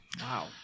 Wow